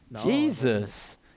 Jesus